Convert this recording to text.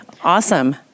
Awesome